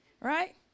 right